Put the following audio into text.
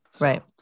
Right